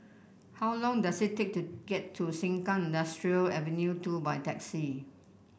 how long does it take to get to Sengkang Industrial Avenue two by taxi